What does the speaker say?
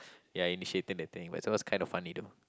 ya initiated that thing but it was kind of funny though